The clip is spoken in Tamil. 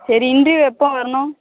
சரி இண்ட்ரிவ் எப்போ வரணும்